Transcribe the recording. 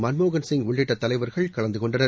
மன்மோகன்சிங் உள்ளிட்ட தலைவர்கள் கலந்து கொண்டனர்